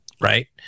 right